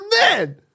men